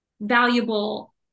valuable